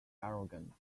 arrogant